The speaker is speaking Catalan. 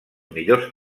millors